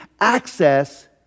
access